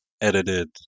edited